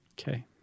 okay